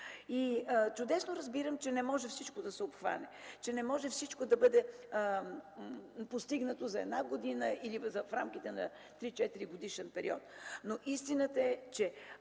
Чудесно разбирам, че не може всичко да се обхване, че не може всичко да бъде постигнато за една година или в рамките на 3–4-годишен период. Истината е, че